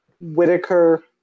Whitaker